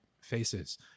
faces